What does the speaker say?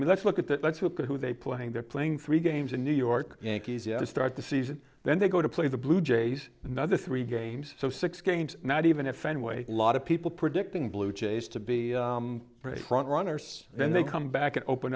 mean let's look at that let's look at who they playing they're playing three games in new york yankees yeah to start the season then they go to play the blue jays another three games so six games not even a fenway lot of people predicting blue jays to be front runners and then they come back and open